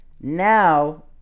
Now